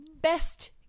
Best